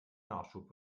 nachschub